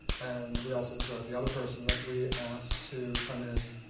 and we also enjoyed the other person that we asked to come in.